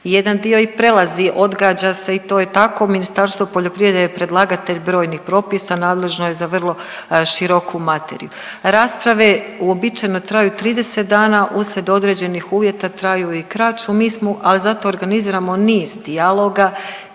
Jedan dio i prelazi, odgađa se i to je tako, Ministarstvo poljoprivrede je predlagatelj brojnih propisa, nadležno je za vrlo široku materiju. Rasprave uobičajeno traju 30 dana, uslijed određenih uvjeta traju i kraći, mi smo, ali zato organizirano niz dijaloga,